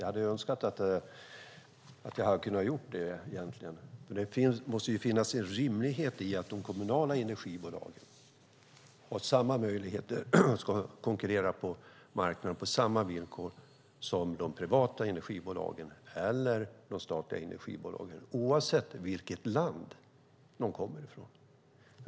Jag hade önskat att jag hade kunnat göra det, för det måste finnas en rimlighet i att de kommunala energibolagen har samma möjligheter och kan konkurrera på marknaden på samma villkor som de privata eller de statliga energibolagen oavsett vilket land de kommer ifrån.